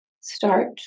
Start